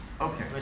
Okay